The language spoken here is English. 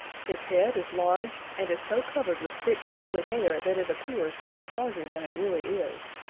his head is large and is so covered with thick, curly hair that it appears much larger than it really is.